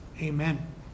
Amen